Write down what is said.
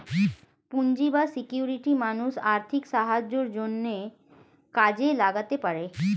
পুঁজি বা সিকিউরিটি মানুষ আর্থিক সাহায্যের জন্যে কাজে লাগাতে পারে